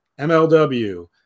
MLW